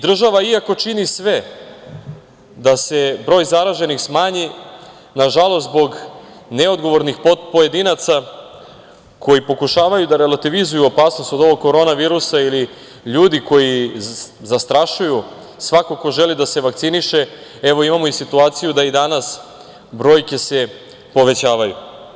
Država iako čini sve da se broj zaraženih smanji, nažalost zbog neodgovornih pojedinaca koji pokušavaju da relativizuju opasnost od Korona virusa ili ljudi koji zastrašuju svakog ko želi da se vakciniše, evo imamo situaciju da i danas brojke se povećavaju.